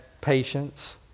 patience